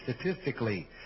statistically